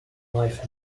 life